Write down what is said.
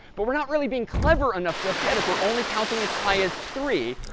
but we're not really being clever enough just yet, if we're only counting as high as three.